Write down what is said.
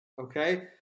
okay